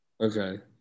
Okay